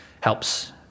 helps